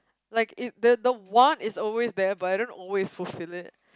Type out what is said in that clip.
like like the want is always there but I don't always fulfil it